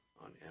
on